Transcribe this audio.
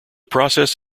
process